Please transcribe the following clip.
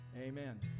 Amen